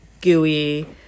gooey